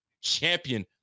champion